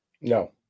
no